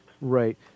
Right